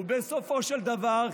ובסופו של דבר,